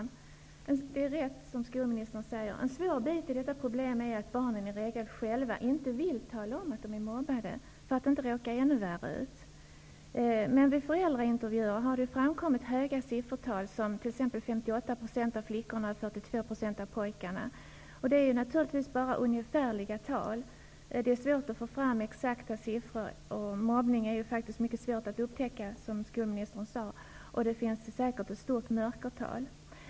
Herr talman! Det är rätt som skolministern säger. En svår del av detta problem är att barn i regel inte själva vill tala om att de är mobbade, för att inte råka ännu värre ut. Vid föräldraintervjuer har det framkommit att det är höga tal: 58 % av flickorna och 42 % av pojkarna mobbas. Det är naturligtvis bara ungefärliga tal. Det är svårt att få fram exakta siffror. Mobbning är faktiskt mycket svår att upptäcka, som skolministern sade, och det finns säkert ett stort mörkertal.